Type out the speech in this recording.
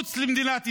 מחוץ למדינת ישראל,